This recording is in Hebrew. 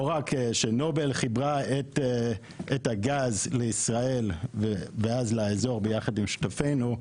לא רק שנובל חיברה את הגז לישראל ואז לאזור ביחד עם שותפינו,